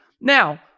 Now